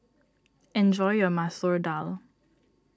enjoy your Masoor Dal